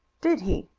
did he?